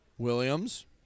Williams